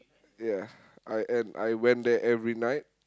ya I and I went there every night